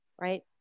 right